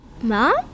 Mom